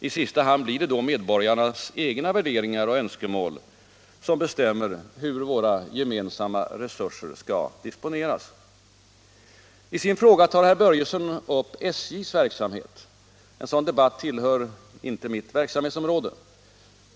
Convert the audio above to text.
I sista hand blir det då medborgarnas egna värderingar och önskemål som bestämmer hur våra gemensamma resurser skall disponeras. I sin fråga tar herr Börjesson upp SJ:s verksamhet. En sådan debatt tillhör inte mitt verksamhetsområde.